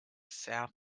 south